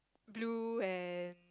blue and